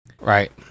Right